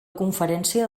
conferència